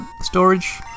storage